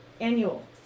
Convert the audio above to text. annual